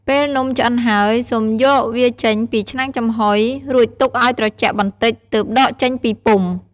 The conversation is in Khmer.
ពេលនំឆ្អិនហើយ សូមយកវាចេញពីឆ្នាំងចំហុយ រួចទុកឱ្យត្រជាក់បន្តិច ទើបដកចេញពីពុម្ព។